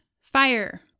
Fire